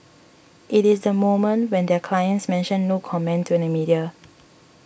it is the moment when their clients mention no comment to the media